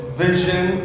vision